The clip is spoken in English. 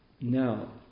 now